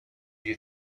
you